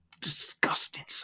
disgusting